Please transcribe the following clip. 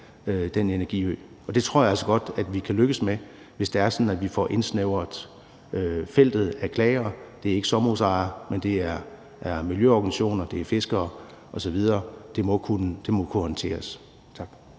den energiø, og det tror jeg altså godt vi kan lykkes med, hvis det er sådan, at vi får indsnævret feltet af klagere. Det er ikke sommerhusejere, men det er miljøorganisationer, det er fiskere, osv. Det må kunne håndteres. Tak.